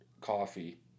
coffee